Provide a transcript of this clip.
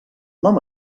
nom